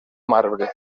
marbre